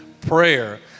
prayer